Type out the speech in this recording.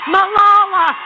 Malala